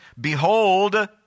behold